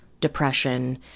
depression